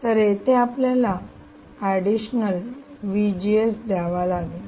तर येथे आपल्याला एडिशनल द्यावा लागेल